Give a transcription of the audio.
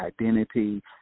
identity